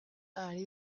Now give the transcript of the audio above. ari